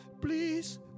please